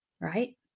Right